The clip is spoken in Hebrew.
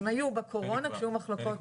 הן היו בקורונה כשהיו מחלוקות,